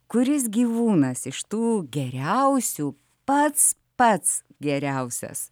kuris gyvūnas iš tų geriausių pats pats geriausias